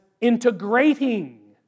integrating